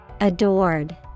Adored